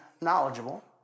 knowledgeable